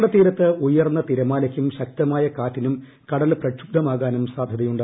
കേരള തീരത്ത് ഉയർന്ന തിരമാലയ്ക്കും ശക്തമായ കാറ്റിനും കടൽ പ്രക്ഷുബ്നമാകാനും സാധ്യതയുണ്ട്